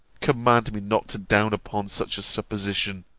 command me not down upon such a supposition.